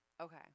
Okay